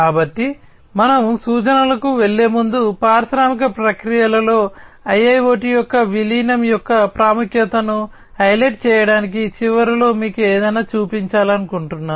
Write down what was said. కాబట్టి మనము సూచనలకు వెళ్ళే ముందు పారిశ్రామిక ప్రక్రియలలో IIOT యొక్క విలీనం యొక్క ప్రాముఖ్యతను హైలైట్ చేయడానికి చివరిలో మీకు ఏదైనా చూపించాలనుకుంటున్నాను